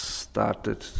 started